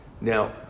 Now